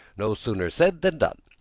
no sooner said than done.